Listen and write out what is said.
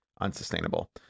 unsustainable